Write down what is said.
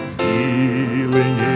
feeling